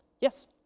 yes,